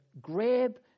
grab